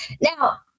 Now